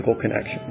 connection